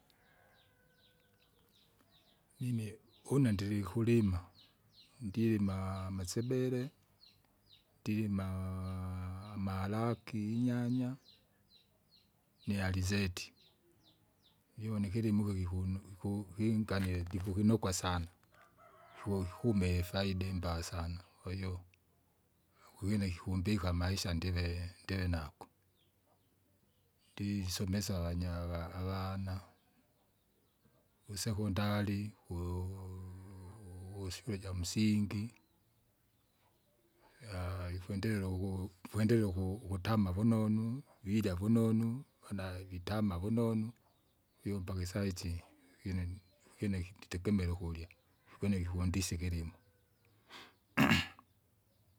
. Mimwe, ndirikulima, ndilima amasebele, ndirima amalaki inyanya, niarizeti, ione ikilimo iki kikunu kinganile ndikukinukwa sana. kiku- kime ifaida imbaa sana kwahiyo, kikwina kikumbika amaisha ndive- ndivenako, ndisomesa avanyaga avana. Kusekondali kuu- kusyule ijamsingi, aaha! ikwendelela uku ikwendelela uku- ukutama vunonu, virya vunonu, pona vitama vunonu, vyumpaka isaitsi kine- kinekititegemere ukurya kukine kikundisi ikilimo.